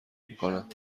میکنن